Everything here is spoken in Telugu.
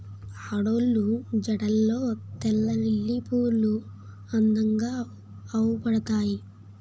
ఆడోళ్ళు జడల్లో తెల్లలిల్లి పువ్వులు అందంగా అవుపడతాయి